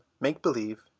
make-believe